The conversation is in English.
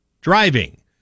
driving